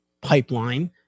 pipeline